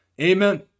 Amen